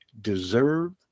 deserve